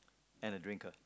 and a drinker